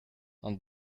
and